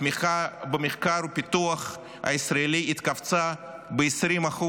התמיכה במחקר ובפיתוח הישראלי התכווצה ב-20%,